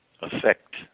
affect